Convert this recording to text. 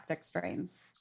strains